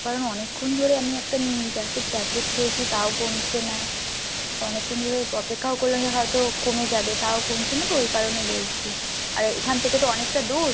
কারণ অনেকক্ষণ ধরে আমি একটা গ্যাসের ট্যাবলেট খেয়েছি তাও কমছে না অনেকক্ষণ ধরে অপেক্ষাও করলাম যে হয়তো কমে যাবে তাও কমছে না তো ওই কারণে বলছি আর এখান থেকে তো অনেকটা দূর